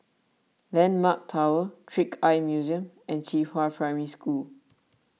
Landmark Tower Trick Eye Museum and Qihua Primary School